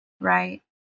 right